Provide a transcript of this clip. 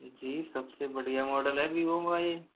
जी सबसे बढ़िया मॉडल है वीवो का ये